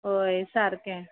हय सारकें